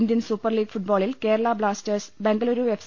Indian super league ഫുട്ബോളിൽ Kerala Blasters Bengaluru F